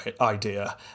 idea